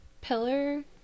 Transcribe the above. pillar